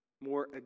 More